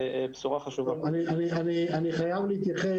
אני חייב להתייחס.